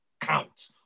count